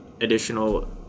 additional